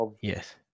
Yes